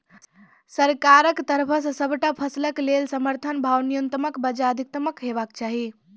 सरकारक तरफ सॅ सबटा फसलक लेल समर्थन भाव न्यूनतमक बजाय अधिकतम हेवाक चाही?